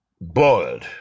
boiled